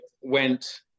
went